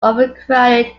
overcrowded